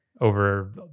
over